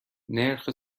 نرخ